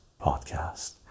podcast